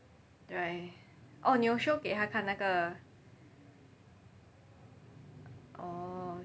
对 oh 你有 show 给他看那个 orh